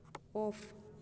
off